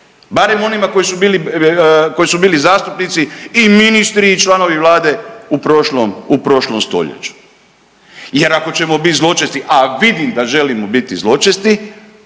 barem onima koji su bili zastupnici i ministri, i članovi Vlade u prošlom stoljeću. Jer ako ćemo biti zločesti, a vidim da želimo biti zločesti